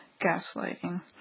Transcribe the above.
gaslighting